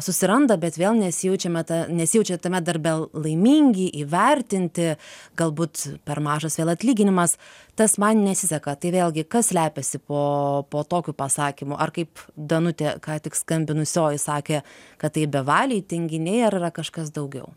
susiranda bet vėl nesijaučiame tą nesijaučia tame darbe laimingi įvertinti galbūt per mažas vėl atlyginimas tas man nesiseka tai vėlgi kas slepiasi po po tokiu pasakymu ar kaip danutė ką tik skambinusioji sakė kad tai bevaliai tinginiai ar yra kažkas daugiau